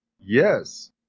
Yes